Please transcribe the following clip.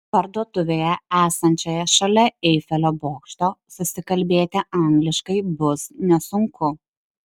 parduotuvėje esančioje šalia eifelio bokšto susikalbėti angliškai bus nesunku